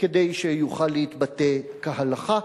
כדי שיוכל להתבטא כהלכה,